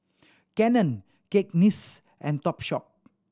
Canon Cakenis and Topshop